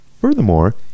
Furthermore